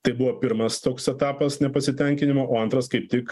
tai buvo pirmas toks etapas nepasitenkinimo o antras kaip tik